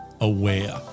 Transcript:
Aware